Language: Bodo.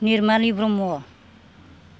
निरमालि ब्रह्म